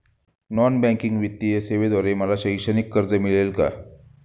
Non banking वित्तीय सेवेद्वारे मला शैक्षणिक कर्ज मिळेल का?